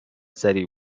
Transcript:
سریع